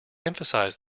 emphasised